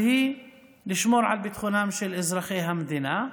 והיא לשמור על ביטחונם של אזרחי המדינה.